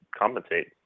compensate